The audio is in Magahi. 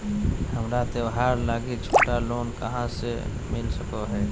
हमरा त्योहार लागि छोटा लोन कहाँ से मिल सको हइ?